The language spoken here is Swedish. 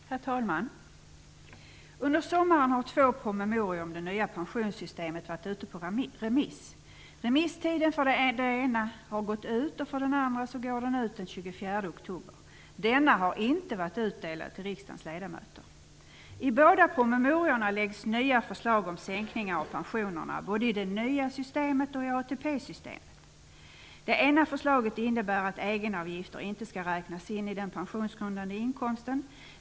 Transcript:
Herr talman! Under sommaren har två promemorior om det nya pensionssystemet varit ute på remiss. Remisstiden för den ena gått ut, och för den andra går den ut den 24 oktober. Denna har inte varit utdelad till riksdagens ledamöter. I båda promemoriorna framläggs nya förslag om sänkning av pensionerna både i det nya systemet och i ATP-systemet. Det ena förslaget innebär att egenavgifter inte skall räknas in i den pensionsgrundande inkomsten.